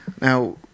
Now